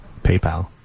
PayPal